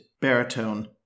baritone